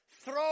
throw